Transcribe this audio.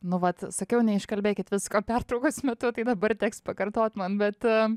nu vat sakiau neiškalbėkit visko pertraukos metu tai dabar teks pakartot man bet